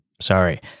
Sorry